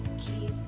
key